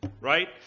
right